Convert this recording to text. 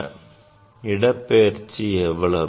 அதன் இடப்பெயர்ச்சி எவ்வளவு